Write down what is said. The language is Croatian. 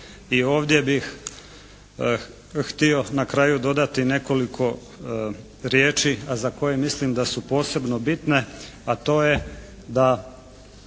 i ovdje bih htio na kraju dodati nekoliko riječi a za koje mislim da su posebno bitne a to je da